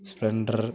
Splendor